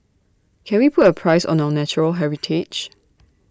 can we put A price on our natural heritage